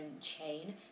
chain